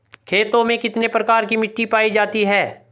खेतों में कितने प्रकार की मिटी पायी जाती हैं?